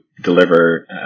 deliver